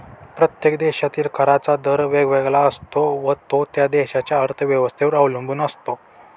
प्रत्येक देशातील कराचा दर वेगवेगळा असतो व तो त्या देशाच्या अर्थव्यवस्थेवर अवलंबून असतो